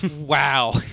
Wow